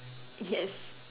yes